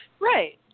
Right